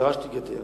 ודרשתי גדר.